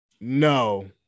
No